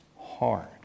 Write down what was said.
hard